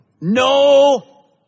No